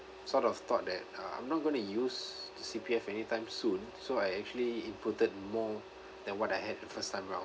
sort of thought that uh I'm not going to use the C_P_F anytime soon so I actually inputed more than what I had the first time round